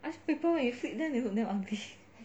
ask people when you flip them they look damn ugly